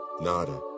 Nada